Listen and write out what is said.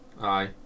Aye